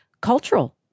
cultural